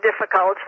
difficult